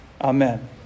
Amen